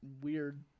weird